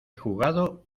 jugado